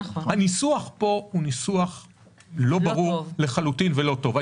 הניסוח פה לא ברור לחלוטין ולא טוב.